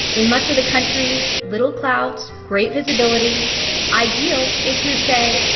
in much of the country, little clouds, great visibility ideal if you're, say,